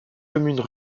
communes